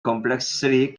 complexity